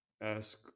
ask